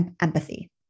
empathy